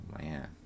man